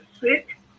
sick